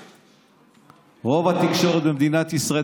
רוב התקשורת במדינת ישראל,